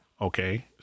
Okay